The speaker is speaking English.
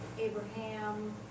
Abraham